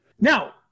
Now